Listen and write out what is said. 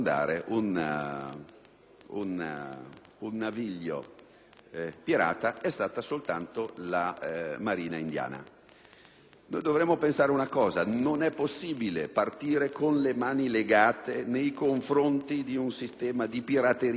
un naviglio pirata è stata l'India, con la sua marina. Noi dobbiamo pensare che non è possibile partire con le mani legate nei confronti di un sistema di pirateria che non ha regole.